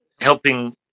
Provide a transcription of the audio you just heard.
helping